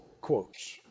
quotes